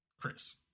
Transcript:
Chris